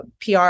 pr